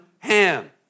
Ham